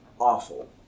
awful